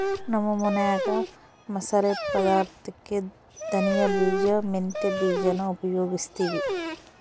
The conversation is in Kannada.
ನಮ್ಮ ಮನ್ಯಾಗ ಮಸಾಲೆ ಪದಾರ್ಥುಕ್ಕೆ ಧನಿಯ ಬೀಜ, ಮೆಂತ್ಯ ಬೀಜಾನ ಉಪಯೋಗಿಸ್ತೀವಿ